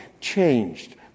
changed